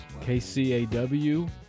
KCAW